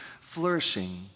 flourishing